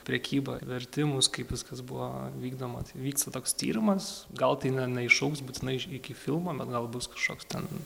prekybą vertimus kaip viskas buvo vykdoma vyksta toks tyrimas gal tai ne neišaugs būtinai iki filmo bet gal bus kažkoks ten